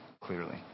clearly